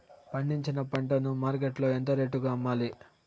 పండించిన పంట ను మార్కెట్ లో ఎంత రేటుకి అమ్మాలి?